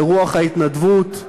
לרוח ההתנדבות,